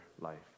life